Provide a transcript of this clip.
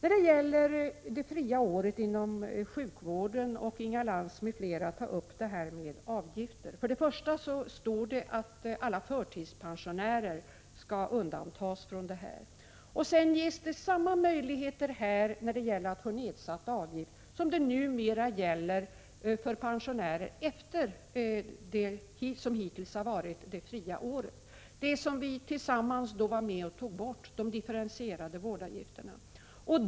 Beträffande det fria året inom sjukvården har Inga Lantz m.fl. tagit upp frågan om avgifter. Det föreslås på den punkten att alla förtidspensionärer skall undantas. Vidare föreslår vi samma möjligheter att få nedsatt avgift som numera gäller för pensionärer efter vad som hittills varit det fria året. Vi var tillsammans med om att ta bort de differentierade vårdavgifterna.